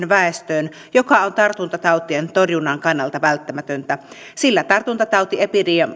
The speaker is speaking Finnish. väestöön mikä on tartuntatautien torjunnan kannalta välttämätöntä sillä tartuntatautiepidemiat